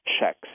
checks